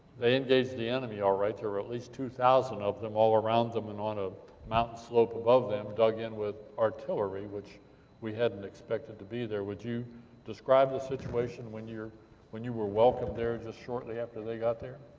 they engaged the enemy, alright, there were at least two thousand of them, all around them, and on a mountain slope above them, dug in with artillery, which we hadn't expected to be there. would you describe the situation when you when you were welcomed there, just shortly after they got there?